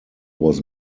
was